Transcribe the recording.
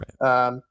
Right